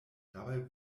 dabei